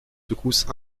secousses